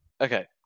Okay